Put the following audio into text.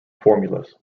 formulas